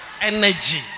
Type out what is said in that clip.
energy